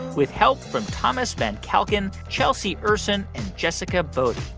with help from thomas van calkin, chelsea ursin and jessica bodie.